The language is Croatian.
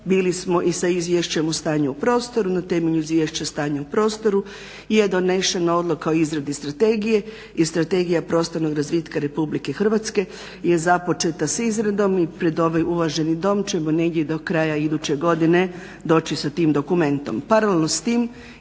bili smo i sa izvješćem u stanju i prostoru, na temelju izvjšća i stanja u prostoru je donešena odluka o izradi strategije i strategija prostornog razvitka RH je započeta s izradom i pred ovaj uvaženi Dom ćemo negdje do kraja iduće godine doći sa tim dokumentom.